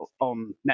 on